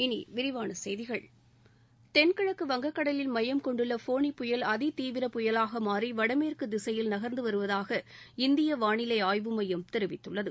இனி விரிவான செய்திகள் தென்கிழக்கு வங்கக்கடலில் மையம் கொண்டுள்ள ஃபோனி புயல் அதி தீவிர புயலாக மாறி வடமேற்கு திசையில் நகர்ந்து வருவதாக சென்னை வானிலை ஆய்வு மையம் தெரிவித்துள்ளது